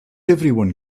everyone